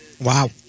wow